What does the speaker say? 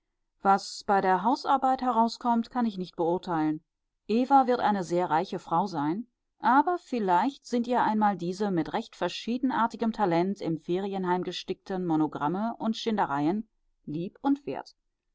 was bei der hausarbeit herauskommt kann ich nicht beurteilen eva wird eine sehr reiche frau sein aber vielleicht sind ihr einmal diese mit recht verschiedenartigem talent im ferienheim gestickten monogramme und schneidereien lieb und wert